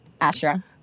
astra